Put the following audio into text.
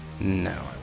no